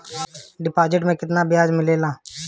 Deposit मे केतना बयाज मिलेला?